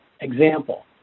Example